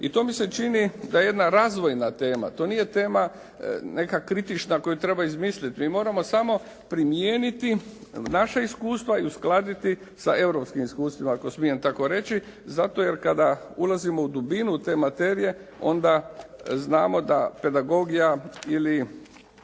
I to mi se čini da je jedna razvojna tema. To nije tema neka kritična koju treba izmisliti. Mi moramo samo primijeniti naša iskustva i uskladiti sa europskim iskustvima ako smijem tako reći zato jer kada ulazimo u dubinu te materije onda znamo da pedagogija ili